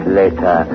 later